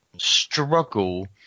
struggle